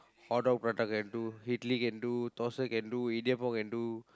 hot dog prata can do idli can do thosai can do idiappam can do